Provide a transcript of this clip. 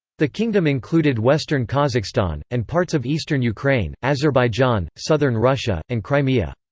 the kingdom included western kazakhstan, and parts of eastern ukraine, azerbaijan, southern russia, and crimea.